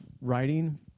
writing